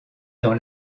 dans